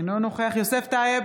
אינו נוכח יוסף טייב,